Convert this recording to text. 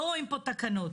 לא רואים פה תקנות?